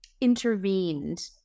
intervened